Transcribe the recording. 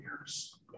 years